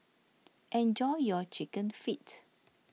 enjoy your Chicken Feet